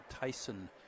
Tyson